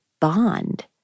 bond